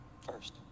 first